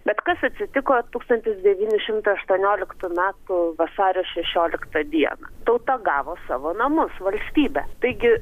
bet kas atsitiko tūkstantis devyni šimtai aštuonioliktų metų vasario šešioliktą dieną tauta gavo savo namus valstybę taigi